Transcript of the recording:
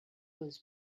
was